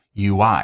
UI